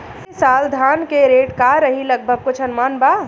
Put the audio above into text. ई साल धान के रेट का रही लगभग कुछ अनुमान बा?